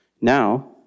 Now